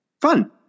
Fun